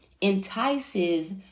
entices